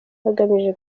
bagamije